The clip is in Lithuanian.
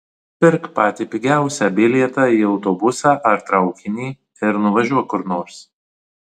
pirk patį pigiausią bilietą į autobusą ar traukinį ir nuvažiuok kur nors